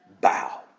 bow